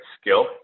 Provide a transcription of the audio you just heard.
skill